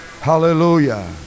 hallelujah